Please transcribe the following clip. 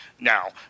now